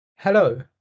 Hello